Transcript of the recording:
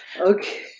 Okay